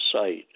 site